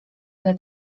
dla